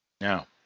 Now